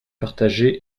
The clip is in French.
partagé